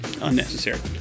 unnecessary